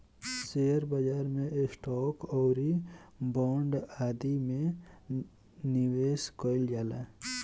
share बाजार में stock आउरी बांड आदि में निबेश कईल जाला